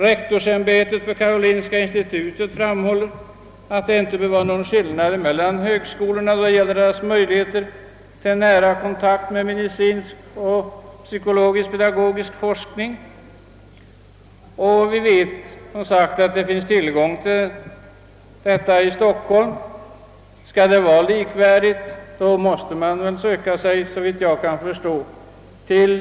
Rektorsämbetet vid karolinska institutet framhåller att det inte bör vara någon skillnad mellan högskolorna då det gäller deras möjligheter till en nära kontakt med medicinsk och psykologisk-pedagogisk forskning. Vi vet ju att det bedrivs sådan forskning i Stockholm.